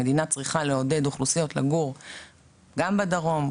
המדינה צריכה לעודד אוכלוסיות לגור גם בדרום,